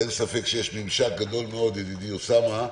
אין ספק שיש ממשק גדול מאוד ידידי, אוסאמה,